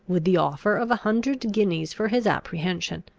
with the offer of a hundred guineas for his apprehension.